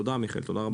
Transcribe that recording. תודה מיכאל, תודה רבה.